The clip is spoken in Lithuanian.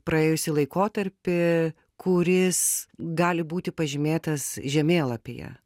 praėjusį laikotarpį kuris gali būti pažymėtas žemėlapyje